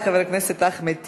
תודה רבה לחבר הכנסת אחמד טיבי.